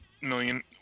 million